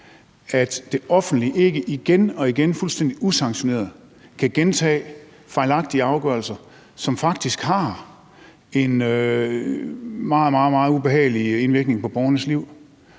at det offentlige ikke igen og igen fuldstændig usanktioneret kan gentage fejlagtige afgørelser, som faktisk har en meget, meget ubehagelig indvirkning på borgernes liv.